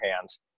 hands